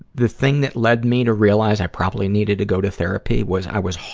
the thing that led me to realize i probably needed to go to therapy was i was,